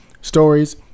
stories